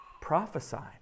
prophesied